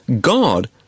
God